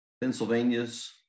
Pennsylvania's